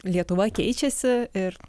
lietuva keičiasi ir